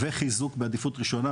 וחיזוק בעדיפות ראשונה,